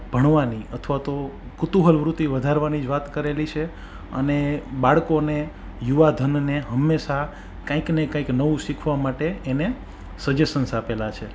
ભણવાની અથવા તો કુતુહલ વૃત્તિ વધારવાની જ વાત કરેલી છે અને બાળકોને યુવા ધનને હંમેશા કંઈકને કંઈક નવું શીખવા માટે એને સજેસન્સ આપેલા છે